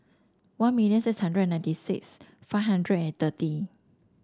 one million six hundred and ninety six five hundred and thirty